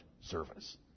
service